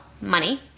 money